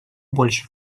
больше